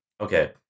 okay